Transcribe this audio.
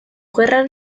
gerran